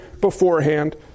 beforehand